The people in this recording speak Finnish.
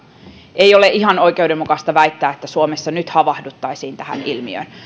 ei ole ihan oikeudenmukaista väittää että suomessa nyt havahduttaisiin tähän ilmiöön